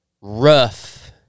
rough